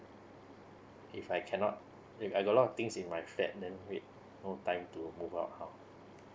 if I cannot uh I got a lot of things in my flat then wait no time to move out loh